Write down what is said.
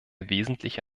wesentliche